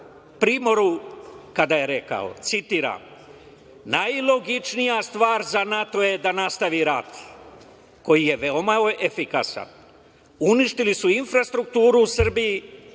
Primoru, kada je rekao. Citiram: "Najlogičnija stvar za NATO je da nastavi rat koji je veoma efikasan. Uništili su infrastrukturu u Srbiji